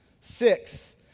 Six